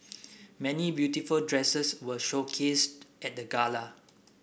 many beautiful dresses were showcased at the gala